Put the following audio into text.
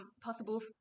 possible